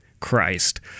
Christ